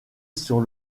sur